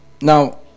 now